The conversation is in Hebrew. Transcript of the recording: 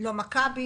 לא מכבי,